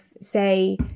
say